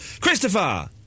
Christopher